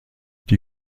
die